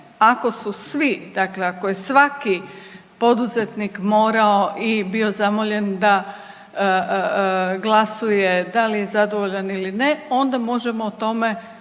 Ako su svi dakle ako je svaki poduzetnik morao i bio zamoljen da glasuje, da li je zadovoljan ili ne onda možemo o tome